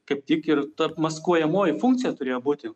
kaip tik ir tarp maskuojamoji funkcija turėjo būti